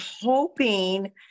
hoping